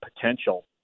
potential